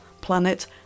planet